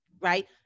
right